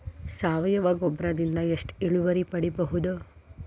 ಸಾವಯವ ಗೊಬ್ಬರದಿಂದ ಎಷ್ಟ ಇಳುವರಿ ಪಡಿಬಹುದ?